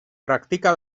praktika